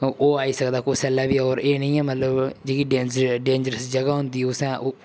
ओह् आई सकदा कुसलै बी होर एह् नी ऐ मतलब जेह्की डेंज डेन्जरस जगह होंदी उसें ओह्